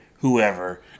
whoever